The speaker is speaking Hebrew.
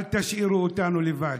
אל תשאירו אותנו לבד.